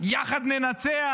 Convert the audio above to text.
"יחד ננצח",